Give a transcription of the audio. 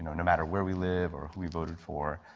no matter where we live or who we voted for,